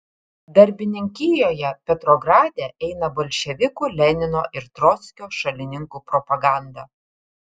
darbininkijoje petrograde eina bolševikų lenino ir trockio šalininkų propaganda